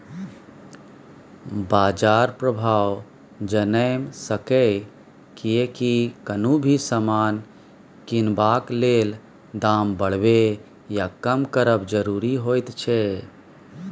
बाजार प्रभाव जनैम सकेए कियेकी कुनु भी समान किनबाक लेल दाम बढ़बे या कम करब जरूरी होइत छै